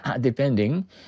depending